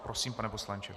Prosím, pane poslanče.